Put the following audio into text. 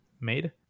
made